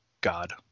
god